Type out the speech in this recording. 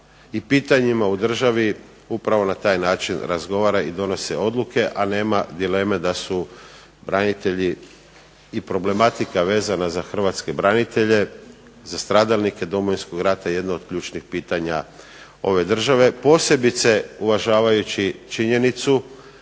i pitanjima u državi upravo na taj način razgovara i donose odluke. A nema dileme da su branitelji i problematika vezana za hrvatske branitelje, za stradalnike Domovinskog rata jedna od ključnih pitanja ove države, posebice uvažavajući činjenicu